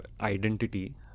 identity